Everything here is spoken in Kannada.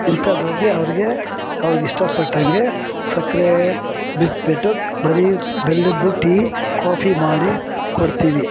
ಇಂಥದ್ರಲ್ಲಿ ಅವ್ರಿಗೆ ಅವ್ರಿಗಿಷ್ಟ ಪಟ್ಟಂಗೆ ಸಕ್ಕರೆ ಬಿಟ್ಬಿಟ್ಟು ಬರೀ ಬೆಲ್ಲದ್ದು ಟೀ ಕಾಫಿ ಮಾಡಿ ಕೊಡ್ತಿವಿ